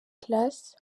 class